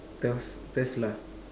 turf first lah